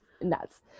nuts